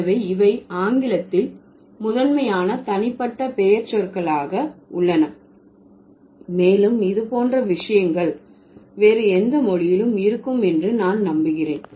எனவே இவை ஆங்கிலத்தில் முதன்மையான தனிப்பட்ட பெயர்ச்சொற்களாக உள்ளன மேலும் இது போன்ற விஷயங்கள் வேறு எந்த மொழியிலும் இருக்கும் என்று நான் நம்புகிறேன்